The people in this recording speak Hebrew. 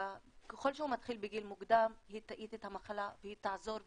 ככל שהוא מתחיל לקחת אותה בגיל מוקדם היא תאט את המחלה והיא תעזור.